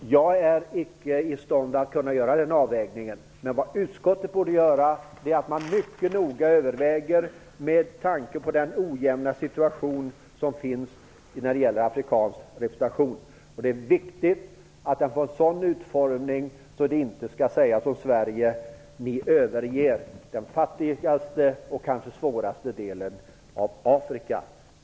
Fru talman! Jag är icke i stånd att göra den avvägningen. Men utskottet borde mycket noga överväga detta med tanke på den ojämna situation som råder när det gäller afrikansk representation. Det är viktigt att vår representation får en sådan utformning att det inte kan sägas om Sverige att vi överger den fattigaste och kanske svåraste delen av Afrika.